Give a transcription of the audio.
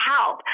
help